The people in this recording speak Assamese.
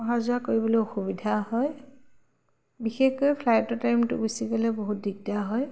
অহা যোৱা কৰিবলৈ অসুবিধা হয় বিশেষকৈ ফ্লাইটৰ টাইমটো গুচি গ'লে বহুত দিগদাৰ হয়